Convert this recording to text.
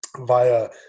via